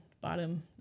bottom